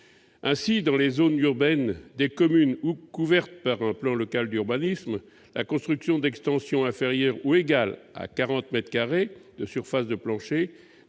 Ainsi, dans les zones urbaines des communes couvertes par un plan local d'urbanisme, la construction d'extensions inférieures ou égales à 40 mètres carrés de surface de plancher